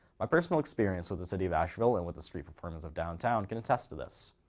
my personal experience with the city of asheville and with the street performance of downtown can attest to this.